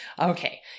Okay